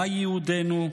מה ייעודנו,